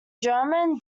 german